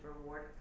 reward